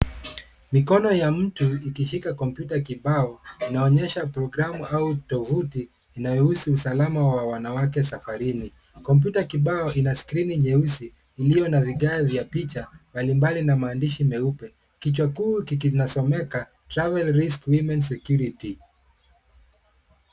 Mikono ya mtu ikishika kompyuta kibao inaonyesha programu au tovuti inayohusu usalama wa wanawake safarini. Kompyuta kibao ina skrini nyeusi iliyo na vigae vya picha mbalimbali na maandishi meupe. Kichwa kuu kinasomeka (cs)TRAVEL RISK WOMEN SECURITY(cs).